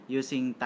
using